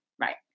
right